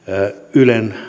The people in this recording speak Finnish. ylen